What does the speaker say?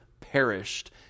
perished